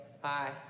Hi